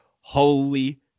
Holy